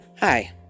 Hi